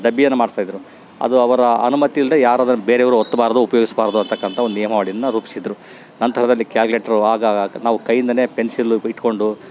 ಡಬ್ಬಿಯನ್ನು ಮಾಡಿಸ್ತಾಯಿದ್ರು ಅದು ಅವರ ಅನುಮತಿ ಇಲ್ದೆ ಯಾರು ಅದನ್ನು ಬೇರೆಯವ್ರು ಒತ್ಬಾರ್ದು ಉಪಯೋಗಿಸ್ಬಾರ್ದು ಅಂತಕ್ಕಂಥ ಒಂದು ನಿಯಮಾವಳಿಯನ್ನ ರೂಪಿಸಿದ್ರು ನಂತರದಲ್ಲಿ ಕ್ಯಾಲ್ಕ್ಲೇಟ್ರು ಆಗ ನಾವು ಕೈಯಿಂದ ಪೆನ್ಸಿಲು ಇಟ್ಕೊಂಡು